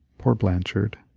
poor blanchard!